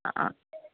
ആ